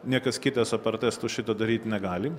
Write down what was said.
niekas kitas apartas tu šito daryti negali